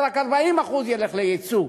ורק 40% ילכו ליצוא.